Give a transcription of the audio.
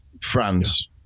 France